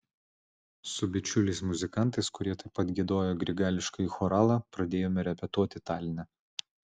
su bičiuliais muzikantais kurie taip pat giedojo grigališkąjį choralą pradėjome repetuoti taline